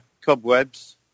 cobwebs